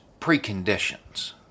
preconditions